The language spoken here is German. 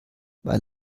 weil